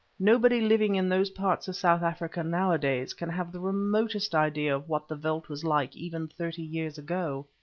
nobody living in those parts of south africa nowadays can have the remotest idea of what the veldt was like even thirty years ago.